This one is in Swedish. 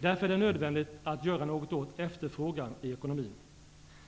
Därför är det nödvändigt att göra något åt efterfrågan i ekonomin.